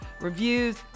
Reviews